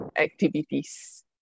activities